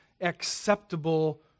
acceptable